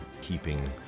keeping